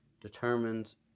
determines